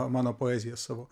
mano poeziją savo